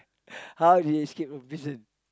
how did he escaped from prison